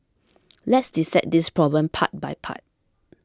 let's dissect this problem part by part